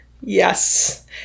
Yes